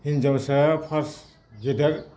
हिनजावसाया फार्स्ट गेदेर